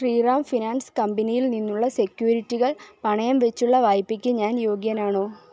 Sriram finance കമ്പനിയിൽ നിന്നുള്ള സെക്യൂരിറ്റികൾ പണയം വച്ചുള്ള വായ്പയ്ക്ക് ഞാൻ യോഗ്യനാണോ